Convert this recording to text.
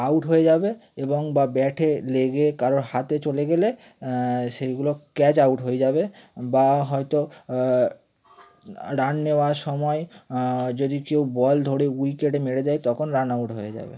out হয়ে যাবে এবং বা ব্যাটে লেগে কারো হাতে চলে গেলে সেইগুলো ক্যাচ আউট হয়ে যাবে বা হয়তো রান নেওয়ার সময় যদি কেউ বল ধরে উইকেটে মেরে দেয় তখন রান আউট হয়ে যাবে